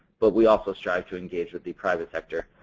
but we also strive to engage with the private sector,